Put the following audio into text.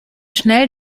schnell